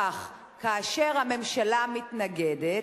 כך: כאשר הממשלה מתנגדת,